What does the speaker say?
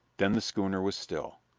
then the schooner was still.